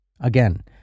Again